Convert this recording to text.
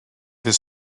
his